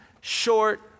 short